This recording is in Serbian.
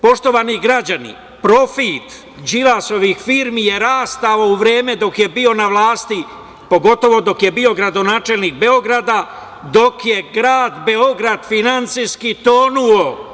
Poštovani građani, profit Đilasovih firmi je rastao u vreme dok je bio na vlasti, pogotovo dok je bio gradonačelnik Beograda, dok je grad Beograd finansijski tonuo.